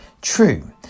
True